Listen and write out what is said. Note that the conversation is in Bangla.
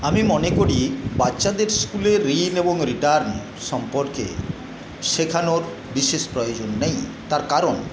আমি মনে করি বাচ্চাদের স্কুলের ঋণ এবং রিটার্ন সম্পর্কে শেখানোর বিশেষ প্রয়োজন নেই তার কারণ